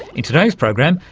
in today's program,